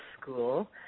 school